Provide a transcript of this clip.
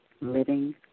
living